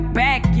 back